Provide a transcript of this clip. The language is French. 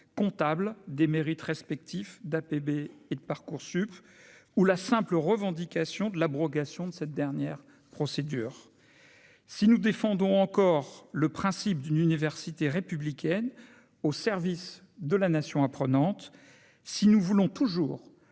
comptable des mérites respectifs d'APB et de Parcoursup ou la simple revendication de l'abrogation de cette dernière procédure si nous défendons encore le principe d'une université républicaine au service de la nation a prenante si nous voulons toujours